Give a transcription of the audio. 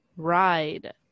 ride